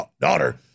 daughter